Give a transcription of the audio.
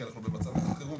כי אנחנו במצב חירום,